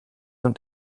und